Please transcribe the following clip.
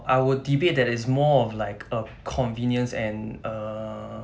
I would debate that it's more of like a convenience and err